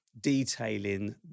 detailing